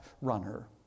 runner